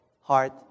heart